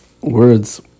words